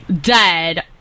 dead